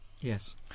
yes